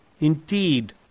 Indeed